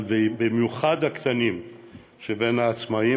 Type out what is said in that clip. אבל בעיקר הקטנים שבין העצמאים,